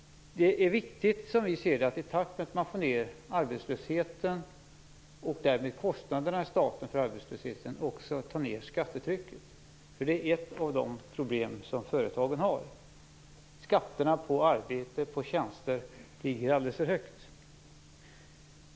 Det är viktigt som vi ser det att man i takt med att man får ned arbetslösheten, och därmed statens kostnader för arbetslösheten, också tar ned skattetrycket. Det är ett av de problem som företagen har. Skatterna på arbete och tjänster ligger alldeles för högt.